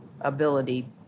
ability